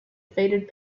faded